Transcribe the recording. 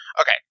Okay